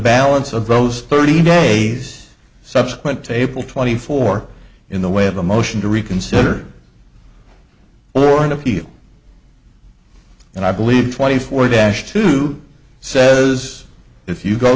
balance of those thirty days subsequent table twenty four in the way of a motion to reconsider or an appeal and i believe twenty four dash two says if you go